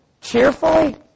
Cheerfully